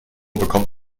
bekommt